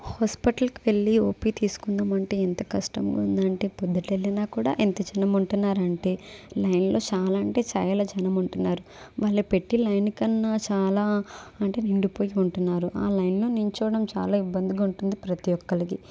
హాస్పిటల్కి వెళ్ళి ఓపీ తీసుకుందాము అంటే ఎంత కష్టంగా ఉంది అంటే పొద్దున్నె వెళ్ళినా కూడా ఎంత జనము ఉంటున్నారు అంటే లైన్లో చాలా అంటే చాలా జనము ఉంటున్నారు వాళ్ళు పెట్టే లైన్ కన్నా చాలా అంటే నిండిపోయి ఉంటున్నారు ఆ లైన్లో నిలుచోవడం చాలా ఇబ్బందిగా ఉంటుంది ప్రతి ఒక్కరికి